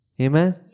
Amen